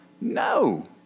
No